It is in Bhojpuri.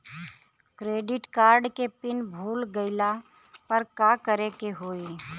क्रेडिट कार्ड के पिन भूल गईला पर का करे के होई?